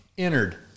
Entered